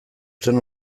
zen